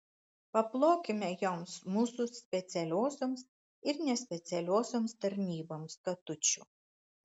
paplokime joms mūsų specialiosioms ir nespecialiosioms tarnyboms katučių